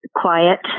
quiet